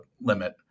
limit